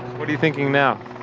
what are you thinking now?